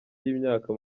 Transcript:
y’imyaka